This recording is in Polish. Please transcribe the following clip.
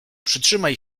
przytrzymaj